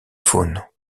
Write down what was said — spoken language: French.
faune